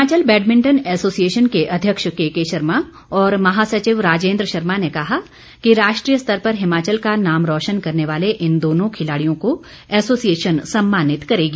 Himachal badminton association के अध्यक्ष K K Sharma और महासचिव राजेन्द्र शर्मा ने कहा कि राष्ट्रीय स्तर पर हिमाचल का नाम रोशन करने वाले इन दोनों खिलाड़ियों को एसोसिएशन सम्मानित करेगी